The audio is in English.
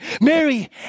Mary